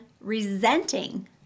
resenting